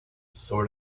sort